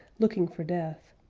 looking for death.